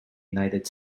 united